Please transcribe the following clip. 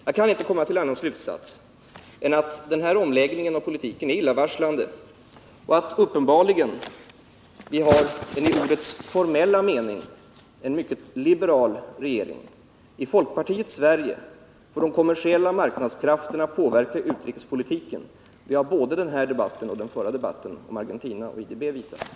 Jag kan inte komma till någon annan slutsats än att den här omläggningen av politiken är illavarslande och att vi uppenbarligen har en i ordets formella mening mycket liberal regering. I folkpartiets Sverige får de kommersiella marknadskrafterna påverka utrikespolitiken. Det har både den här debatten och den förra debatten, om Argentina och IDB, visat.